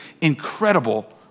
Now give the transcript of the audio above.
incredible